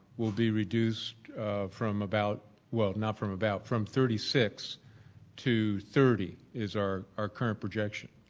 will be reduced from about well, not from about, from thirty six to thirty is our our current projection.